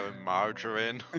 margarine